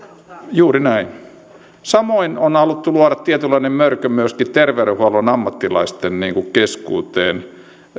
juuri näin samoin on haluttu luoda tietynlainen mörkö myöskin terveydenhuollon ammattilaisten keskuuteen